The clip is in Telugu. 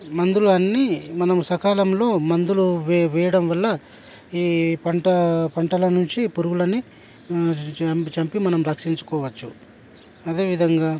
మందులు అన్నీ మనం సకాలంలో మందులు వేయడం వల్ల ఈ పంట పంటల నుంచి పురుగులని చంపి మనం రక్షించుకోవచ్చు అదే విధంగా